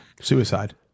Suicide